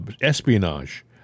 espionage